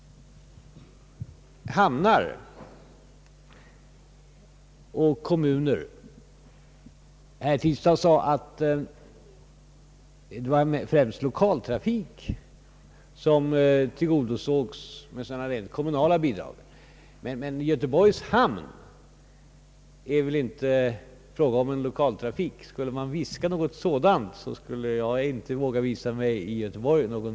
Hamnar och kommuner — herr Tistad sade att det var främst lokaltrafik som tillgodosågs med kommunala bidrag, men i Göteborgs hamn är det väl inte fråga om lokaltrafik. Skulle jag viska något sådant skulle jag inte våga visa mig i Göteborg mera.